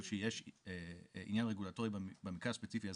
שיש עניין רגולטורי במקרה הספציפי הזה?